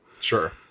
Sure